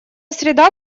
среда